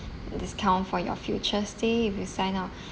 discount for your future stay if you sign up